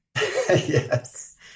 Yes